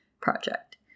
project